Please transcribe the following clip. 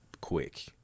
quick